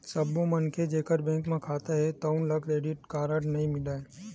सब्बो मनखे जेखर बेंक म खाता हे तउन ल क्रेडिट कारड नइ मिलय